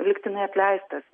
lygtinai atleistas